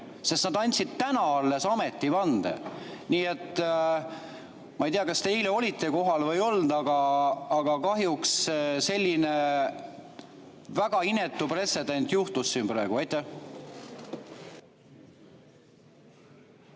sest nad andsid täna alles ametivande. Nii et ma ei tea, kas te eile olite kohal või ei olnud, aga kahjuks selline väga inetu pretsedent juhtus siin. Aitäh,